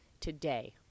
today